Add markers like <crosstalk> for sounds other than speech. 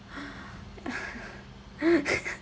<laughs>